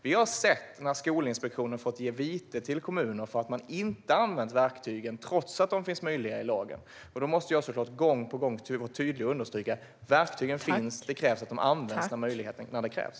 Vi har sett hur Skolinspektionen fått ge kommuner vite för att man inte använt verktygen trots att lagen ger möjlighet till det. Då måste jag såklart gång på gång och tydligt understryka: Verktygen finns och måste användas när så krävs.